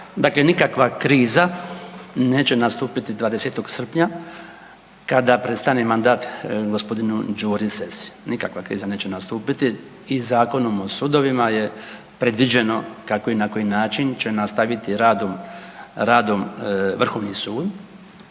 dakle nikakva kriza neće nastupiti 20. srpnja kada prestane mandat gospodinu Đuri Sessi. Nikakva kriza neće nastupiti i Zakonom o sudovima je predviđeno kako i na koji način će nastaviti radom, radom Vrhovni sud.